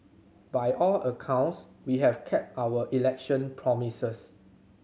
by all accounts we have kept our election promises